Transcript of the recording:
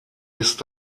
ist